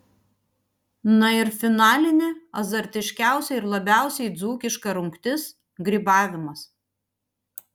na ir finalinė azartiškiausia ir labiausiai dzūkiška rungtis grybavimas